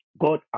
god